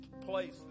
place